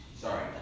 Sorry